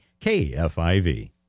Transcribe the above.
KFIV